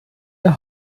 der